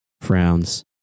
frowns